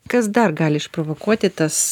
kas dar gali išprovokuoti tas